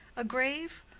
a grave?